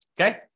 Okay